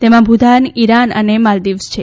તેમાં ભૂતાન ઇરાન અને માલ્દીવ્સ છે